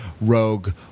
Rogue